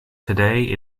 today